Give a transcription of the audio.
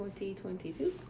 2022